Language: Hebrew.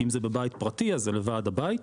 אם זה בבית פרטי אז זה לוועד הבית.